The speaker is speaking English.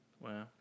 Wow